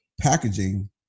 packaging